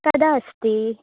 कदा अस्ति